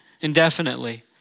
indefinitely